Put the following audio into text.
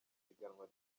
ihiganwa